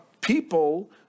people